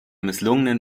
misslungenen